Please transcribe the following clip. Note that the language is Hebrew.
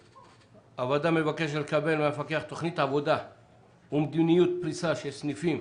הוועדה מבקשת לקבל מהמפקח תוכנית עבודה ומדיניות פריסה של סניפים